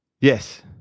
Yes